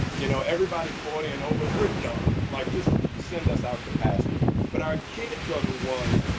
you know, everybody forty and over, we're done. like, just send us out to pasture. but our kids are the ones,